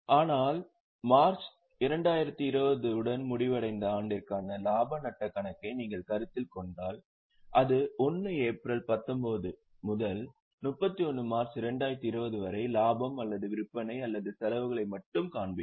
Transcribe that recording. ஆனால் மார்ச் 2020 உடன் முடிவடைந்த ஆண்டிற்கான இலாப நட்டக் கணக்கை நீங்கள் கருத்தில் கொண்டால் அது 1 ஏப்ரல் 19 முதல் 31 மார்ச் 2020 வரை லாபம் அல்லது விற்பனை அல்லது செலவுகளை மட்டுமே காண்பிக்கும்